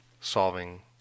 solving